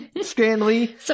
Stanley